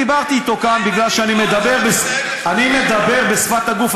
אני דיברתי איתו כאן אני מדבר בשפת הגוף,